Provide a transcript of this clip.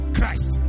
Christ